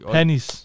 Pennies